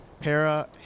Para